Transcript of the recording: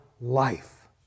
life